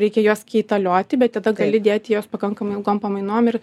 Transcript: reikia juos keitalioti bet tada gali dėti juos pakankamai ilgam pamainom ir